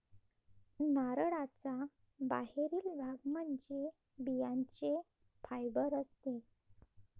नारळाचा बाहेरील भाग म्हणजे बियांचे फायबर असते